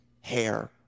hair